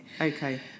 okay